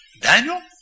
Daniel